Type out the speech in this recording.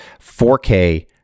4K